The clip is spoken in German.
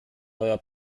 neuer